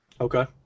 Okay